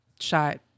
shot